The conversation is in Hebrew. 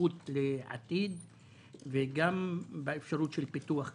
התפתחות לעתיד וגם באפשרות של פיתוח כלכלי.